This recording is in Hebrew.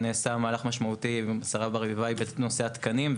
נעשה מהלך משמעותי עם השרה ברביבאי בנושא התקנים.